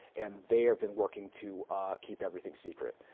and they have been working to keep everything secret.